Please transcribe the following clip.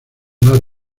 dar